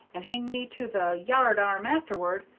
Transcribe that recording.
and hang me to the yard-arm afterward,